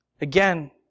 again